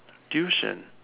tuition